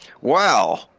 Wow